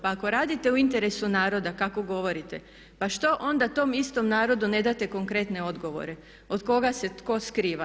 Pa ako radite u interesu naroda kako govorit pa što onda tom istom narodu ne date konkretne odgovore od koga se tko skriva?